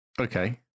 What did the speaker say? Okay